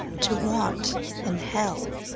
to want in hell,